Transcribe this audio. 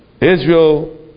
Israel